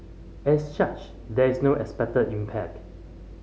as such there is no expected impact